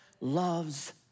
loves